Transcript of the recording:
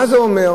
מה זה אומר?